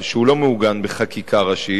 שהוא לא מעוגן בחקיקה ראשית,